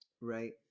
Right